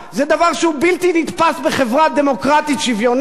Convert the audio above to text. זה דבר שהוא בלתי נתפס בחברה דמוקרטית שוויונית.